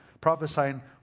Prophesying